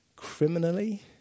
criminally